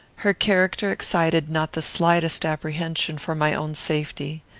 her character excited not the slightest apprehension for my own safety.